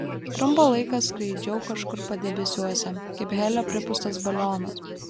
trumpą laiką skraidžiau kažkur padebesiuose kaip helio pripūstas balionas